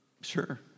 sure